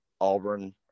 Auburn